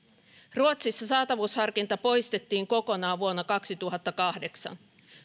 ruotsissa saatavuusharkinta poistettiin kokonaan vuonna kaksituhattakahdeksan